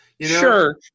Sure